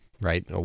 right